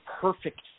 perfect